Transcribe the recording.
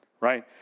right